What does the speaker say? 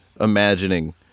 imagining